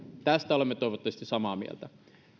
tästä olemme toivottavasti samaa mieltä